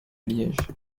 liège